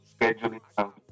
scheduling